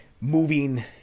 moving